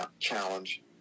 challenge